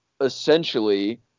essentially